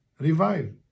Revive